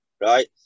Right